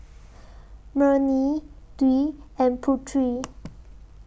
Murni Dwi and Putri